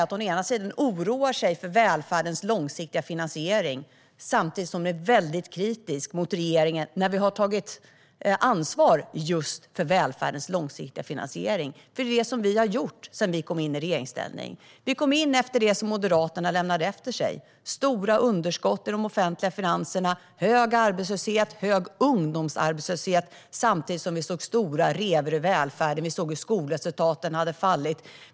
Å ena sidan oroar hon sig för välfärdens långsiktiga finansiering. Å andra sidan är hon väldigt kritisk mot regeringen, som har tagit ansvar för just välfärdens långsiktiga finansiering. Det är det vi har gjort sedan vi kom i regeringsställning. Vi kom in efter det som Moderaterna lämnade efter sig: stora underskott i de offentliga finanserna, hög arbetslöshet, hög ungdomsarbetslöshet och stora revor i välfärden. Skolresultaten hade fallit.